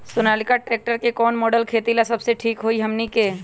Sonalika tractor के कौन model खेती ला सबसे ठीक होई हमने की?